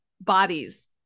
bodies